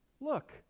Look